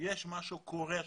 משהו קורה שם.